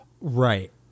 right